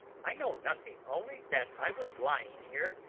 i know nothing, only that i was lying here,